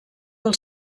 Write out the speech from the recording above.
del